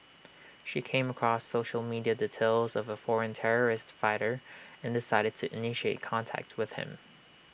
she came across social media details of A foreign terrorist fighter and decided to initiate contact with him